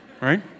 right